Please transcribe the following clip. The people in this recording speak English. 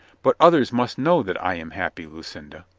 but others must know that i am happy, lucinda.